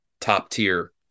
top-tier